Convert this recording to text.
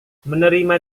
menerima